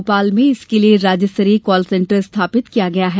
भोपाल में इसके लिये राज्य स्तरीय काल सेन्टर स्थापित किया गया है